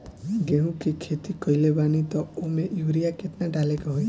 गेहूं के खेती कइले बानी त वो में युरिया केतना डाले के होई?